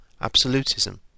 absolutism